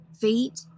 feet